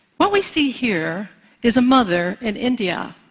what we see here is a mother in india,